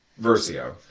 Versio